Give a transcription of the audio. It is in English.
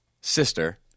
sister